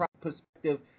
perspective